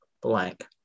blank